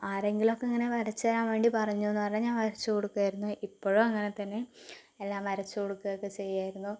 ആരെങ്കിലും ഒക്കെ ഇങ്ങനെ വരച്ചു തരാൻ വേണ്ടി പറഞ്ഞുവെന്ന് പറഞ്ഞാൽ ഞാൻ വരച്ചു കൊടുക്കുമായിരുന്നു ഇപ്പോഴും അങ്ങനെ തന്നെ എല്ലാം വരച്ചു കൊടുക്കുക ഒക്കെ ചെയ്യുമായിരുന്നു